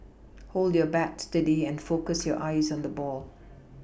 hold your bat steady and focus your eyes on the ball